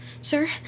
Sir